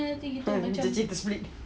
ha jijik the split